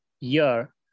year